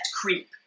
creep